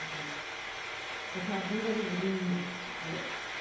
ꯎꯝ ꯄꯩꯁꯥ ꯄꯤꯔꯒꯕꯨꯗꯤ